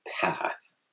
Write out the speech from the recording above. path